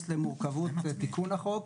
למורכבות תיקון החוק,